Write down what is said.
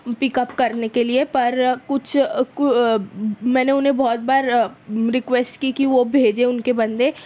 پک up کرنے کے لیے پر کچھ میں نے انہیں بہت بار ریکویسٹ کی کہ وہ بھیجیں ان کے بندے